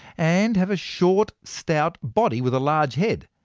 and have a short stout body with a large head.